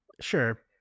Sure